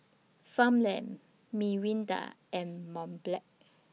Farmland Mirinda and Mont Blanc